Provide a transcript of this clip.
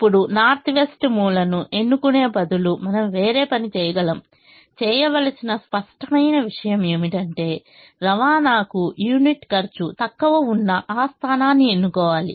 ఇప్పుడు north west మూలను ఎన్నుకునే బదులు మనం వేరే పని చేయగలము చేయవలసిన స్పష్టమైన విషయం ఏమిటంటే రవాణాకు యూనిట్ ఖర్చు తక్కువ ఉన్న ఆ స్థానాన్ని ఎన్నుకోవాలి